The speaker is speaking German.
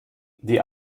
die